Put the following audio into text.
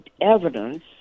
evidence